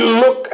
look